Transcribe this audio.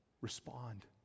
respond